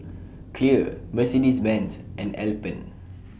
Clear Mercedes Benz and Alpen